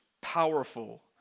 powerful